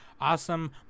awesome